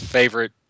favorite